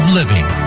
living